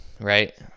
right